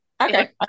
Okay